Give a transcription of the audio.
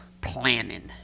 Planning